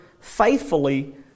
faithfully